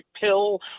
pill